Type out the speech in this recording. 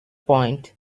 point